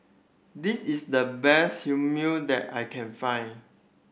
this is the best Hummu that I can find